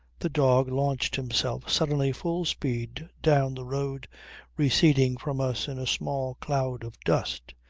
the dog launched himself suddenly full speed down the road receding from us in a small cloud of dust.